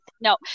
no